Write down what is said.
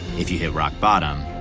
if you hit rock bottom,